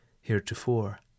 heretofore